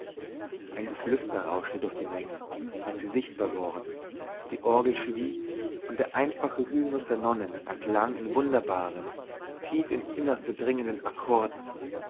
ein geflüster rauschte durch die menge als sie sichtbar worden die orgel schwieg und der einfache hymnus der nonnen erklang in wunderbaren tief ins innerste dringenden akkorden